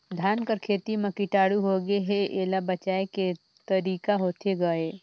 धान कर खेती म कीटाणु होगे हे एला बचाय के तरीका होथे गए?